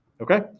Okay